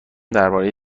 درباره